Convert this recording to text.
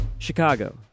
Chicago